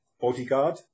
bodyguard